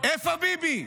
איפה ביבי?